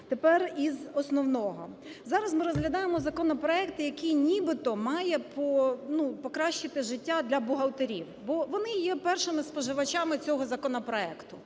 Тепер із основного. Зараз ми розглядаємо законопроект, який нібито має покращити життя для бухгалтерів, бо вони є першими споживачами цього законопроекту,